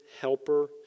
helper